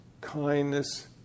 kindness